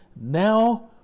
now